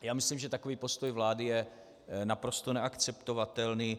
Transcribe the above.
Já myslím, že takový postoj vlády je naprosto neakceptovatelný.